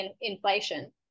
inflation